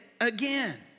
Again